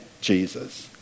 Jesus